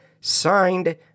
signed